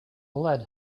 lead